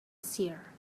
seer